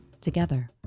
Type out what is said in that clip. Together